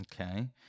Okay